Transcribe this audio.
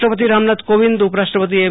રાષ્ટ્રપતિ રામનાથ કોવિંદ ઉપરાષ્ટ્રપતિ એમ